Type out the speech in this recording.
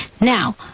Now